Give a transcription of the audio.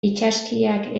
itsaskiak